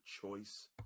choice